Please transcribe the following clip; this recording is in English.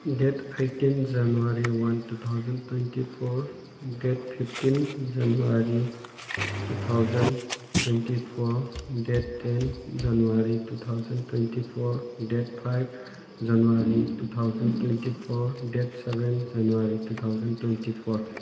date eighteen January one two thousand twenty four date fifteen January two thousand twenty four date ten January two thousand twenty four date five January two thousand twenty four date seven January two thousand twenty four